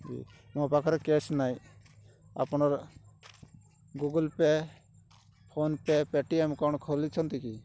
ମୋ ପାଖରେ କ୍ୟାସ୍ ନାହିଁ ଆପଣର ଗୁଗୁଲ୍ ପେ ଫୋନ୍ପେ ପେଟିଏମ୍ କଣ ଖୋଲିଛନ୍ତି କି